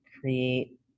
create